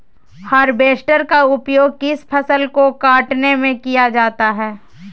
Harvester का उपयोग किस फसल को कटने में किया जाता है?